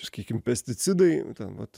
sakykim pesticidai ten vat